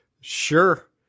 Sure